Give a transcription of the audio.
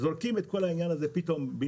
פתאום זורקים את העניין הזה בין-לילה.